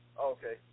Okay